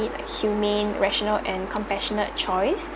humane rational and compassionate choice